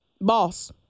boss